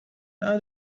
now